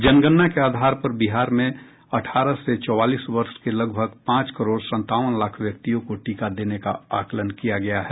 जनगणना के आधार पर बिहार में अठारह से चौवालीस वर्ष के लगभग पांच करोड़ संतावन लाख व्यक्तियों को टीका देने का आकलन किया गया है